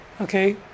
okay